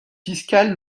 fiscales